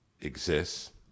exists